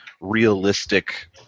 realistic –